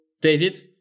David